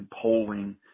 polling